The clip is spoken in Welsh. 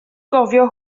gofio